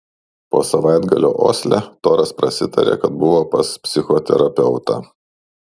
po savaitgalio osle toras prasitarė kad buvo pas psichoterapeutą